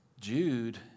Jude